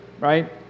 right